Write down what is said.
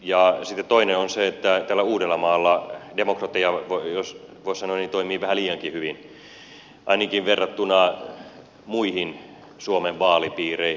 ja sitten toinen on se että täällä uudellamaalla demokratia jos voisi sanoa toimii vähän liiankin hyvin ainakin verrattuna muihin suomen vaalipiireihin